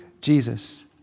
Jesus